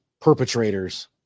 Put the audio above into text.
perpetrators